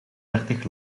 dertig